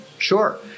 Sure